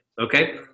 okay